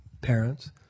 parents